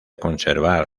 conservar